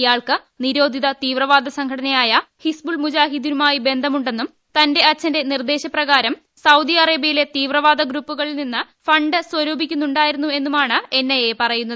ഇയാൾക്ക് നിരോധിത തീവ്രവാദ സംഘടനയായ ഹിസ്ബുൾ മുജാഹിദ്ദീനുമായി ബന്ധമുണ്ടെന്നും തന്റെ അച്ഛന്റെ നിർദ്ദേശപ്രകാരം സൌദി അറേബൃയിലെ തീവ്രവാദ ഗ്രൂപ്പുകളിൽ നിന്ന് ഫണ്ട് സ്വരൂപിക്കുന്നുണ്ടായിരുന്നു എന്നുമാണ് എൻഐഎ പറയുന്നത്